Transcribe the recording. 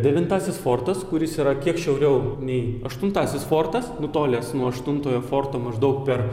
devintasis fortas kuris yra kiek šiauriau nei aštuntasis fortas nutolęs nuo aštuntojo forto maždaug per